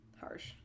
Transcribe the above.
harsh